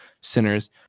sinners